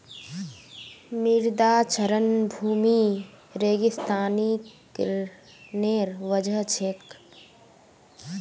मृदा क्षरण भूमि रेगिस्तानीकरनेर वजह छेक